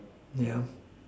yup